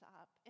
up